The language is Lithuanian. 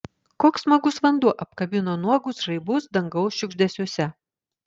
koks smagus vanduo apkabino nuogus žaibus dangaus šiugždesiuose